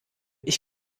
ich